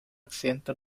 accidente